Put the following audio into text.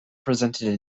presented